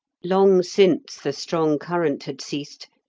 long since the strong current had ceased,